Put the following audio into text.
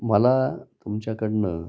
मला तुमच्याकडून